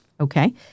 Okay